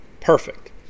perfect